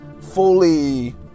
Fully